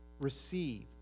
receive